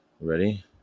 ready